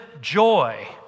joy